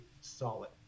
solid